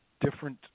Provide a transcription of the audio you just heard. Different